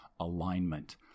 alignment